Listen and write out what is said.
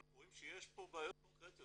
אנחנו רואים שיש פה בעיות קונקרטיות,